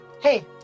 Hey